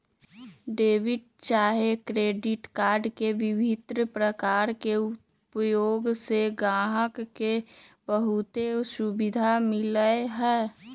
debit चाहे credit card के विभिन्न प्रकार के उपयोग से गाहक के बहुते सुभिधा मिललै ह